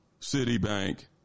Citibank